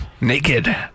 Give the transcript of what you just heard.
Naked